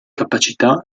capacità